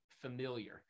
familiar